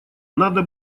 надо